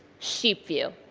sheep view.